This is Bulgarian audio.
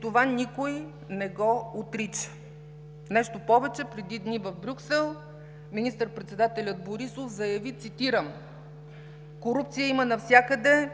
Това никой не го отрича. Нещо повече, преди дни в Брюксел министър председателят Борисов заяви, цитирам: „корупция има навсякъде